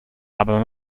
aber